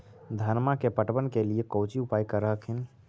धनमा के पटबन के लिये कौची उपाय कर हखिन?